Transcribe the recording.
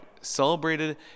celebrated